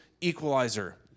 equalizer